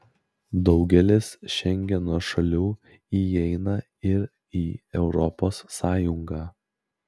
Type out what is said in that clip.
daugelis šengeno šalių įeina ir į europos sąjungą